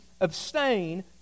abstain